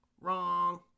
wrong